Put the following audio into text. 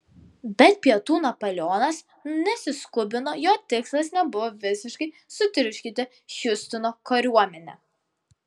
bet pietų napoleonas nesiskubino jo tikslas nebuvo visiškai sutriuškinti hiustono kariuomenę